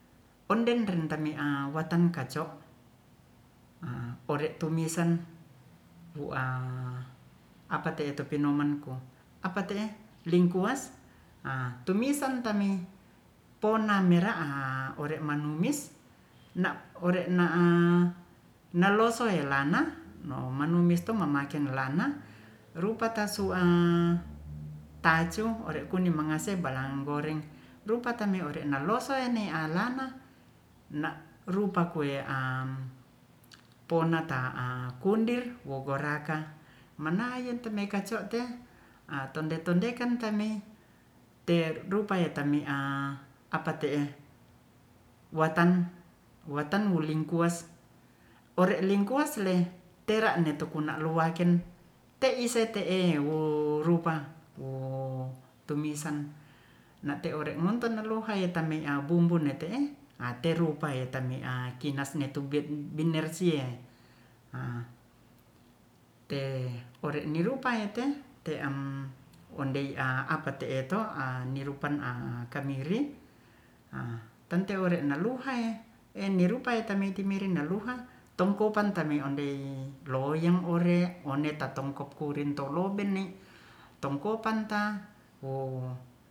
Onden rentam mi'a watan kaco'a ore'tumisan wu'a apate'e tupinomanku apate'e lingkuas a tumisan ta'mi pona'mera'a ore manumis na'ore'na'a nalosoilana no manumistu mamaken lana rupa tasu'a tacu ore kuni mangase balanga goreng rupa tamiore nalosoeane alana na'rupa kue'am ponata'a kundir wo goraka manaen temeikaco tetonde-tondekan tami'te rupaya tami'a apa te'e watan- wulingkuas ore lingkuas le tera'netukuna luwaken te'ise te'e wo rupa wo tumisan na'te'ore ngonton naluhai yatame'a bumbu ne te'e a teru upaye tami'a kinas netu bi binersie a te ore'nirupae te te'am ondei'a apa'te'to nirupan a kamiri a tanteore naluhai enirupae tamitimiri naluha tengkupanta miondei loyang one'tatongkep kurin toloben'ne tekompanta wo